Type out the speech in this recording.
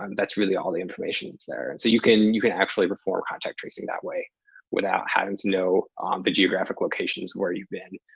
and that's really all the information that's there. and so, you can you can actually perform contact tracing that way without having to know the geographic locations where you've been